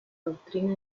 doctrina